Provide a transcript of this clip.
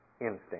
instinct